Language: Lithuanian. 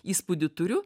įspūdį turiu